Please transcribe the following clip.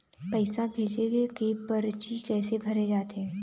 पैसा भेजे के परची कैसे भरे जाथे?